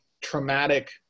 traumatic